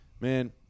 Man